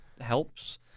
helps